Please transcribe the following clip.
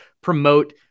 promote